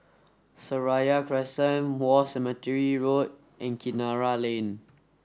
Seraya Crescent War Cemetery Road and Kinara Lane